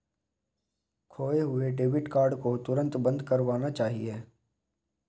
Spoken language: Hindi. खोये हुए डेबिट कार्ड को तुरंत बंद करवाना चाहिए